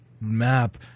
map